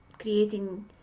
creating